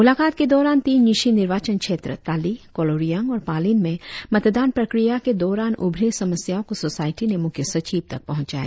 मुलाकात के दौरान तीन न्यीशी निर्वाचन क्षेत्र ताली कोलोरियांग और पालिन में मतदान प्रक्रिया के दौरान उभरे समस्याओं को सोसायटी ने मुख्य सचिव तक पहुंचाई